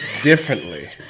differently